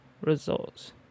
results